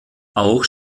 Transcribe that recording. auch